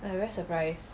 I very surprise